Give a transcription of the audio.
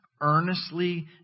earnestly